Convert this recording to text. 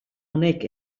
honek